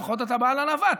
לפחות אתה בעל ענווה,